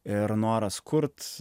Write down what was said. ir noras kurt